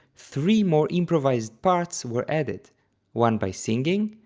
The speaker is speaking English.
three more improvised parts were added one by singing,